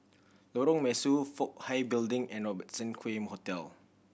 Lorong Mesu Fook Hai Building and Robertson Quay Hotel